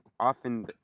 often